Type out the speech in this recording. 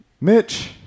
Mitch